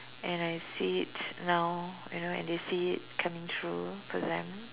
and I see it now I know I didn't see it coming through for them